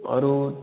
अरू